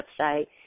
website